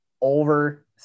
over